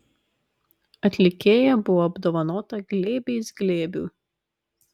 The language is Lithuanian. atlikėja buvo apdovanota glėbiais glėbių